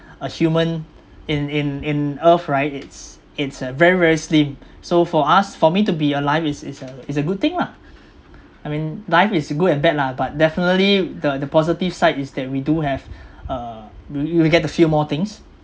a human in in in earth right it's it's uh very very slim so for us for me to be alive is is a is a good thing lah I mean life is good and bad lah but definitely the the positive side is that we do have uh you you will get to feel more things